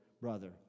brother